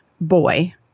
boy